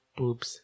Oops